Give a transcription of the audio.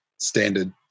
standard